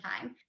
time